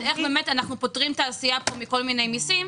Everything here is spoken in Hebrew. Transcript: איך באמת אנחנו פוטרים תעשייה מכל מיני מיסים,